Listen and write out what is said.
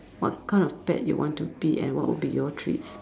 what kind of pet you want to be and what would be your treats